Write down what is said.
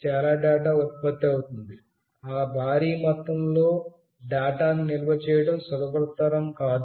చాలా డేటా ఉత్పత్తి అవుతుంది ఆ భారీ మొత్తంలో డేటాను నిల్వ చేయడం సులభతరం కాదు